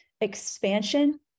expansion